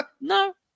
No